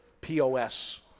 POS